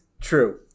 true